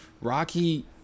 rocky